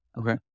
Okay